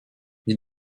wie